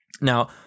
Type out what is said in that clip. Now